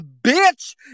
bitch